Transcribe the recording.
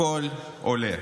הכול עולה,